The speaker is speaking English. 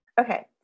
Okay